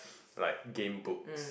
like Gamebooks